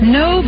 no